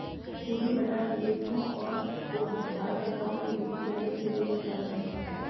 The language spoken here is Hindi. पूंजी बाजार निवेशकों और उधारकर्ताओं के बीच चैनल के रूप में कार्य करता है